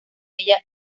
ella